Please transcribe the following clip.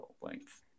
length